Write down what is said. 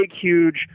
huge